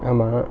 ஆமா:aamaa